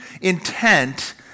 intent